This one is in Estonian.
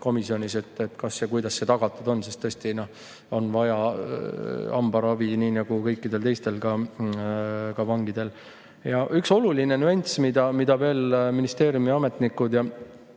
komisjonis, et kas ja kuidas see tagatud on, sest tõesti, ka vangidel on vaja hambaravi nii nagu kõikidel teistel. Ja üks oluline nüanss, mida ministeeriumi ametnikud ja